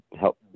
help